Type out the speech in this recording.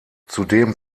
zudem